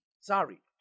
sorry